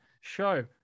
show